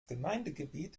gemeindegebiet